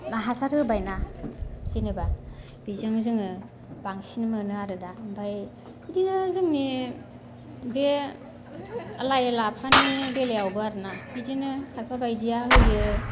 हासार होबायना जेनोबा बेजोंनो जोङो बांसिन मोनो आरो दा ओमफाय इदिनो जोंनि बे लाइ लाफानि बेलायावबो आरोना बिदिनो खायफा बायदिया होयो